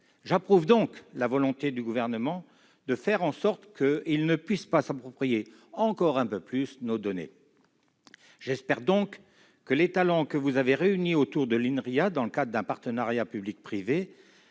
J'approuve donc la volonté du Gouvernement de faire en sorte que ces sociétés ne puissent pas s'approprier encore un peu plus nos données. J'espère que les talents que vous avez réunis autour de l'Inria dans le cadre d'un partenariat public-privé